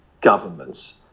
governments